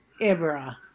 ibra